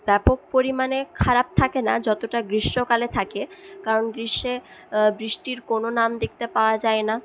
ব্যাপক পরিমাণে খারাপ থাকে না যতটা গ্রীষ্মকালে থাকে কারণ গ্রীষ্মে বৃষ্টির কোনো নাম দেখতে পাওয়া যায় না